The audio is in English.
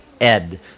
Ed